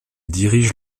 dirige